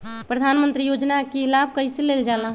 प्रधानमंत्री योजना कि लाभ कइसे लेलजाला?